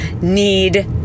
need